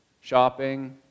shopping